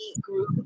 group